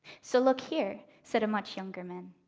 so look here, said a much younger man,